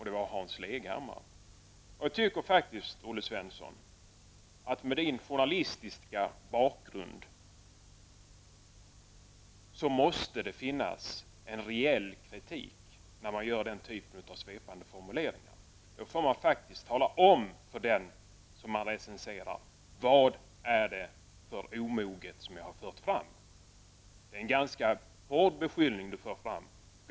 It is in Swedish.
Det var Jag tycker faktiskt att Olle Svensson, med sin journalistiska bakgrund, måste bygga på reell kritik när han gör denna typ av svepande formuleringar. Då får man faktiskt tala om för den man recenserar vad det är för omoget som han har fört fram. Det är en ganska hård beskyllning som Olle Svensson för fram.